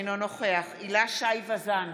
אינו נוכח הילה שי וזאן,